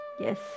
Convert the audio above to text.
Yes